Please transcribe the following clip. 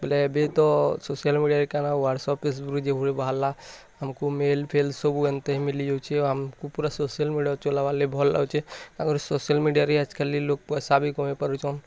ବୋଲେ ଏବେ ତ ସୋସିଆଲ୍ ମିଡ଼ିଆରେ କାଣା ୱାଟସପ୍ ଯେଭଳି ବାହରିଲା ଆମକୁ ମେଲ୍ ଫେଲ୍ ସବୁ ଏନ୍ତେ ହି ମିଲି ଯାଉଛି ଆମ୍ କୁ ପୁରା ସୋସିଆଲ୍ ମିଡ଼ିଆ ଚଲାବାର୍ ଲାଗି ଭଲ୍ ଲାଗୁଛି ଆଗୁରୁ ସୋସିଆଲ୍ ମିଡ଼ିଆରେ ଆଜି କାଲି ଲୋକ୍ ପଇସା ବି କମେଇ ପାରୁଚନ୍